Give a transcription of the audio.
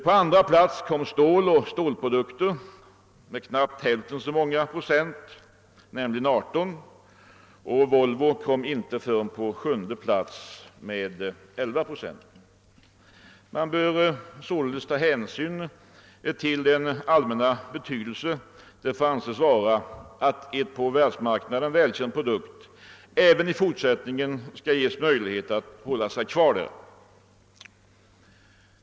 På andra plats kom stål och stålprodukter med knappt hälften så många procent, nämligen 18. Volvo kom först på sjunde plats med 11 procent. Man bör således ta hänsyn till den allmänna betydelsen av att en på världsmarknaden välkänd produkt även i fortsättningen ges möjlighet att hålla sig kvar där.